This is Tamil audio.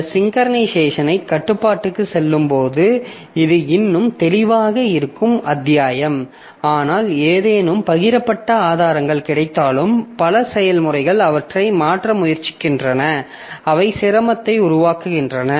இந்த சிங்க்கரனைசேஷன் கட்டுப்பாட்டுக்குச் செல்லும்போது இது இன்னும் தெளிவாக இருக்கும் அத்தியாயம் ஆனால் ஏதேனும் பகிரப்பட்ட ஆதாரங்கள் கிடைத்தாலும் பல செயல்முறைகள் அவற்றை மாற்ற முயற்சிக்கின்றன அவை சிரமத்தை உருவாக்குகின்றன